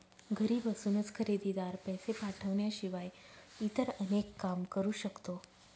घरी बसूनच खरेदीदार, पैसे पाठवण्याशिवाय इतर अनेक काम करू शकतो